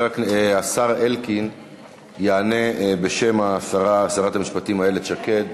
השר אלקין יענה בשם שרת המשפטים איילת שקד.